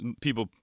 people